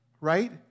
right